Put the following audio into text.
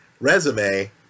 resume